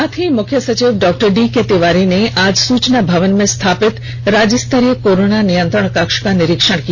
साथ ही मुख्य सचिव डॉ डी के तिवारी ने आज सूचना भवन में स्थापित राज्यस्तरीय कोरोना नियंत्रण कक्ष का निरीक्षण भी किया